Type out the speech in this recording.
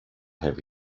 have